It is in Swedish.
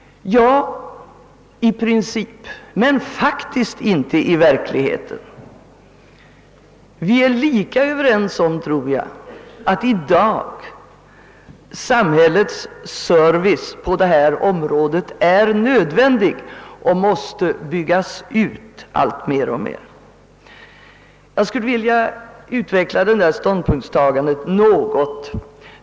I princip — ja — men ”i.- verkligheten är detta inte möjligt. Jag tror nämligen att vi kan vara lika överens om att samhällets service på detta område i dag är nödvändig och måste byggas ut mer och mer. Jag skulle också vilja motivera detta ståndpunktstagande något.